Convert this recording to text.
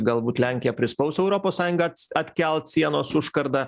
galbūt lenkija prispaus europos sąjungą atkelt sienos užkardą